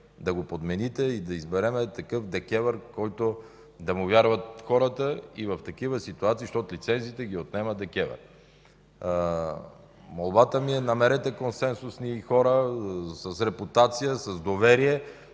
Да го подмените и да изберем такава ДКЕВР, на който хората да вярват и в такива ситуации, защото лицензиите ги отнема ДКЕВР. Молбата ми е: намерете консенсусни хора с репутация, с доверие!